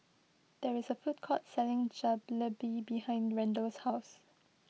there is a food court selling Jalebi behind Randell's house